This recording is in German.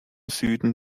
süden